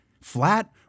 flat